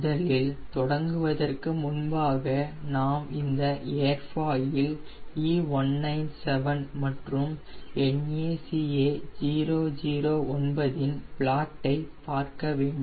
முதலில் தொடங்குவதற்கு முன்பாக நாம் இந்த ஏர்ஃபாயில் E197 மற்றும் NACA009 இன் பிளாட்டை பார்க்கவேண்டும்